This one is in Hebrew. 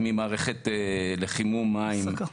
ממערכת לחימום מים והסקה.